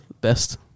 best